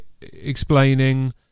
explaining